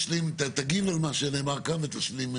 אוקיי, תגיב על מה שנאמר כאן ותשלים.